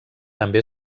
també